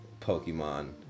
pokemon